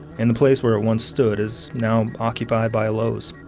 and the place where it once stood is now occupied by a lowe's.